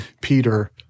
Peter